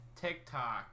TikTok